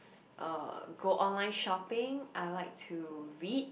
uh go online shopping I like to read